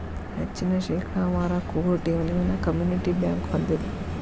ಹೆಚ್ಚಿನ ಶೇಕಡಾವಾರ ಕೋರ್ ಠೇವಣಿಗಳನ್ನ ಕಮ್ಯುನಿಟಿ ಬ್ಯಂಕ್ ಹೊಂದೆದ